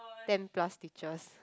ten plus stitches